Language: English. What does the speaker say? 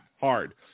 hard